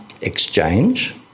exchange